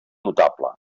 notable